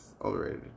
already